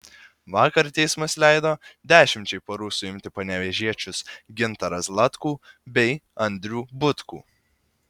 vakar teismas leido dešimčiai parų suimti panevėžiečius gintarą zlatkų bei andrių butkų